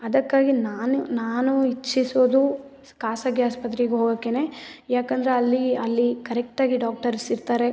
ಅದಕ್ಕಾಗಿ ನಾನು ನಾನು ಇಚ್ಛಿಸೋದು ಖಾಸಗಿ ಆಸ್ಪತ್ರೆಗೆ ಹೋಗೊಕ್ಕೆ ಯಾಕಂದರೆ ಅಲ್ಲಿ ಅಲ್ಲಿ ಕರೆಕ್ಟಾಗಿ ಡಾಕ್ಟರ್ಸ್ ಇರ್ತಾರೆ